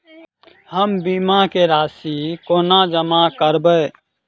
हम बीमा केँ राशि कोना जमा करबै?